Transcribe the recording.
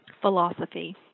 philosophy